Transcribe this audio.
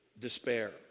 despair